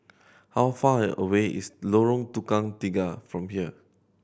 how far away is Lorong Tukang Tiga from here